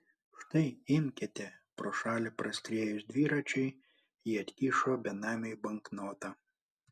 štai imkite pro šalį praskriejus dviračiui ji atkišo benamiui banknotą